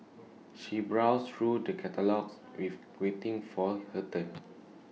she browsed through the catalogues wave waiting for her turn